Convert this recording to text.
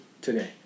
today